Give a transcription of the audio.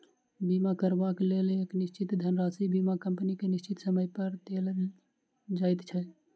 बीमा करयबाक लेल एक निश्चित धनराशि बीमा कम्पनी के निश्चित समयक लेल देल जाइत छै